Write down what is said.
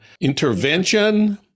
intervention